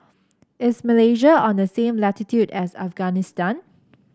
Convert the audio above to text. is Malaysia on the same latitude as Afghanistan